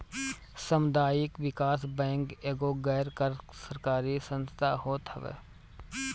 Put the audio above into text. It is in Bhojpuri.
सामुदायिक विकास बैंक एगो गैर सरकारी संस्था होत हअ